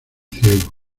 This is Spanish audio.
ciego